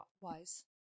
wise